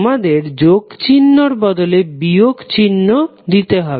তোমাদের যোগ চিহ্নর বদলে বিয়োগ চিহ্ন দিতে হবে